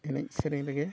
ᱮᱱᱮᱡ ᱥᱮᱨᱮᱧ ᱨᱮᱜᱮ